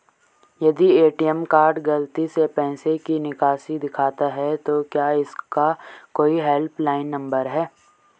यदि ATM card गलती से पैसे की निकासी दिखाता है तो क्या इसका कोई हेल्प लाइन नम्बर है?